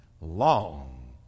long